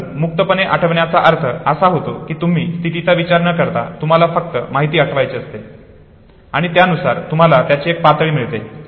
परंतु मुक्तपणे आठवण्याचा अर्थ असा होतो की तुम्ही स्थितीचा विचार न करता तुम्हाला फक्त माहिती आठवायची असते आणि त्यानुसार तुम्हाला त्याची एक पातळी मिळते